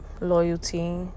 loyalty